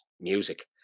music